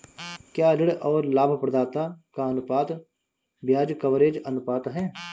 क्या ऋण और लाभप्रदाता का अनुपात ब्याज कवरेज अनुपात है?